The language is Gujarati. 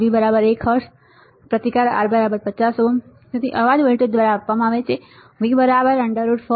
B 1 HZ પ્રતિકાર R 50 Ω તેથી અવાજ વોલ્ટેજ દ્વારા આપવામાં આવે છે V √4 ×1